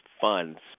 funds